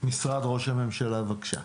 נציג משרד ראש הממשלה, בבקשה.